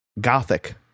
gothic